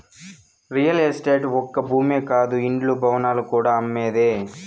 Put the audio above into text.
real estate ఒక్క భూమే కాదు ఇండ్లు, భవనాలు కూడా అమ్మేదే